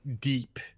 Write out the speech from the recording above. deep